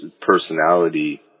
personality